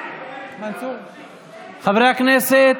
חברי הכנסת,